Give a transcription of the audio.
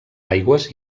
aigües